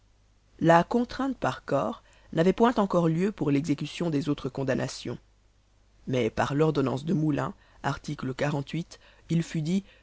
la contrainte par corps n'avait point encore lieu pour l'exécution des autres condamnations mais par l'ordonnance de moulins art il fut dit